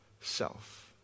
self